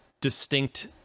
distinct